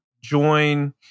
join